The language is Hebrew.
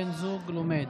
בן זוג לומד).